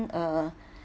uh